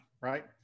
right